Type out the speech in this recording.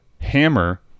hammer